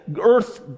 earth